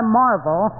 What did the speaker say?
marvel